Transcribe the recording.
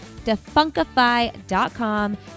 defunkify.com